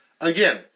Again